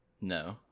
No